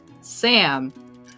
Sam